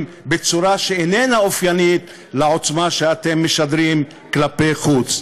בצורה שאיננה אופיינית לעוצמה שאתם משדרים כלפי חוץ.